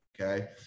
okay